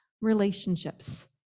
relationships